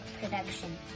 production